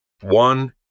one